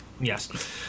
yes